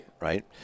right